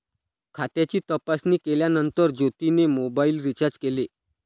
खात्याची तपासणी केल्यानंतर ज्योतीने मोबाइल रीचार्ज केले